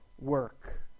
work